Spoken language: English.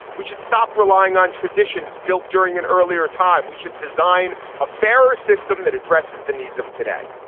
we should stop relying on traditions built during an earlier time. we should design a fairer system that addresses the needs of today.